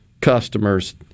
customers